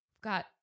got